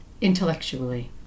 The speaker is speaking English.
intellectually